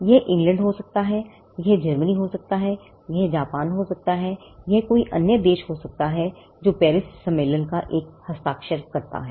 यह इंग्लैंड हो सकता है यह जर्मनी हो सकता है यह जापान हो सकता है यह कोई अन्य देश हो सकता है जो पेरिस सम्मेलन का एक हस्ताक्षरकर्ता है